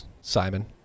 Simon